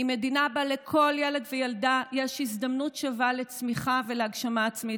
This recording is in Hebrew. היא מדינה שבה לכל ילד וילדה יש הזדמנות שווה לצמיחה ולהגשמה עצמית,